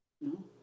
No